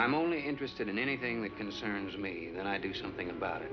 i'm only interested in anything that concerns me and i do something about it